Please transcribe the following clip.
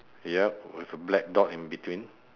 yup with a black dot in between